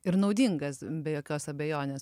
ir naudingas be jokios abejonės